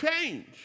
change